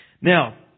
Now